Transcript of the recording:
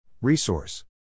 Resource